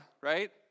right